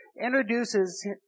introduces